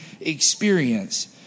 experience